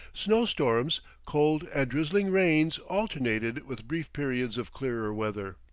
snow-storms, cold and drizzling rains alternated with brief periods of clearer weather.